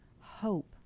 hope